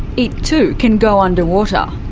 it too can go under water.